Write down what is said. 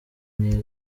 myiza